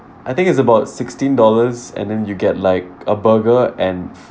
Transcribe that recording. I think it's about sixteen dollars and then you get like a burger and